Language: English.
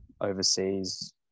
overseas